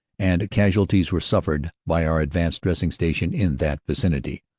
and casualties were suffered by our ad vanced dressing station in that vicinity,